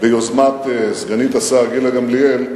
ביוזמת סגנית השר גילה גמליאל,